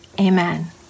amen